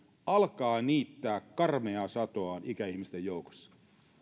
alkaa niittää karmeaa satoaan ikäihmisten joukossa